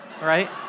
right